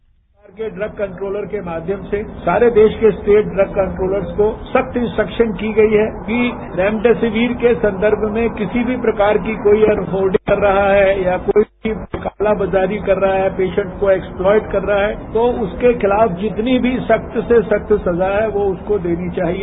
भारत सरकार के drug controller के माध्यम से सारे देश के स्टेट ड्रग कंट्रोलर्स को सख्त इन्सट्रक्शन दी गई है कि रेमडेसिविर के संदर्भ में किसी भी प्रकार की कोई अनहोल्डिंग कर रहा है या कोई कालाबाजारी कर रहा है पेशेंट को एक्सप्लॉइड कर रहा है तो उसके खिलाफ जितनी भी सख्त से सख्त सजा है वो उसको देनी चाहिए